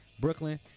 Brooklyn